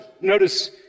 notice